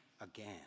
again